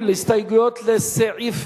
ההסתייגות לחלופין ב' של קבוצת סיעת